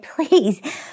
please